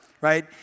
right